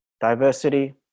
diversity